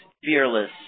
fearless